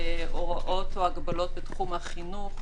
הוראות או הגבלות בתחום החינוך,